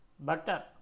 Butter